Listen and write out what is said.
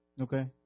Okay